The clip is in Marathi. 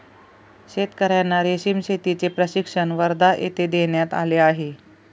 शेतकर्यांना रेशीम शेतीचे प्रशिक्षण वर्धा येथे देण्यात आले